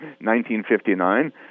1959